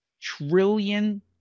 trillion